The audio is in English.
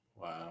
Wow